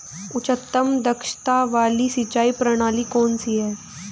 उच्चतम दक्षता वाली सिंचाई प्रणाली कौन सी है?